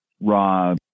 raw